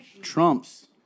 Trump's